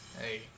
Hey